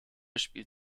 spielt